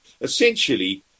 essentially